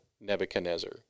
Nebuchadnezzar